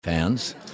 Fans